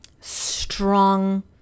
strong